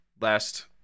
last